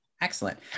Excellent